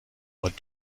what